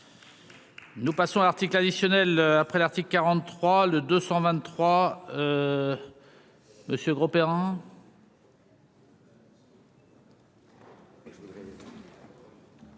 Nous passons article additionnel après l'article 43 le 223 monsieur Grosperrin.